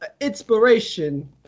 inspiration